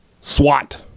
SWAT